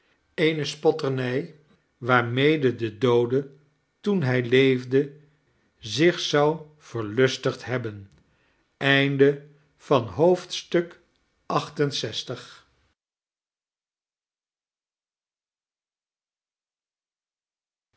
eene spotternij waarmede de doode toen hij leefde zich zou verlustigd hebben